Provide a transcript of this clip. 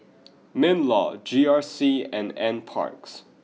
Minlaw G R C and Nparks